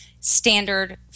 standard